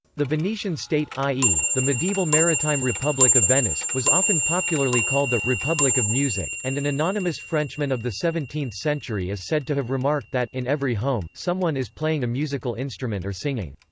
the venetian state i e, the medieval maritime republic of venice was often popularly called the republic of music, and an anonymous frenchman of the seventeenth century is said to have remarked that in every home, someone is playing a musical instrument or singing.